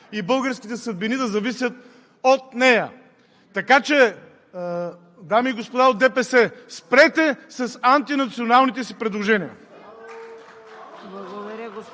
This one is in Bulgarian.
и българските съдбини да зависят от нея. Така че, дами и господа от ДПС, спрете с антинационалните си предложения!